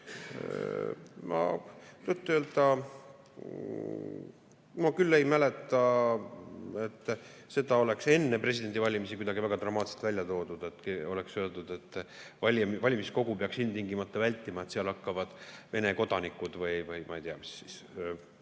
küll ei mäleta, et seda oleks enne presidendivalimisi kuidagi väga dramaatiliselt esile toodud või oleks öeldud, et valimiskogu peaks ilmtingimata vältima, kuna seal hakkavad Vene kodanikud või, ma ei tea,